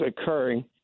occurring—